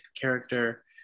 character